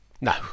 No